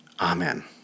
Amen